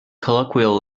colloquial